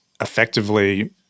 effectively